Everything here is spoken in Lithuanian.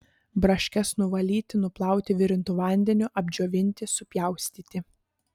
braškes nuvalyti nuplauti virintu vandeniu apdžiovinti supjaustyti